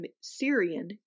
Syrian